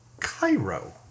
Cairo